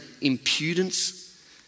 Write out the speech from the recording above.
impudence